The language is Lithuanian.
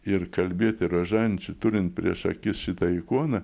ir kalbėti rožančių turint prieš akis šitą ikoną